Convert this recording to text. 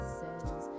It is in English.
says